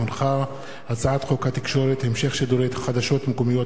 הצעת חוק התקשורת (המשך שידורי חדשות מקומיות